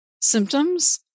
symptoms